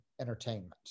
entertainment